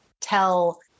tell